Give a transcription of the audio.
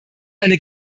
eine